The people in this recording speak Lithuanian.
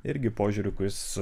irgi požiūrio kuris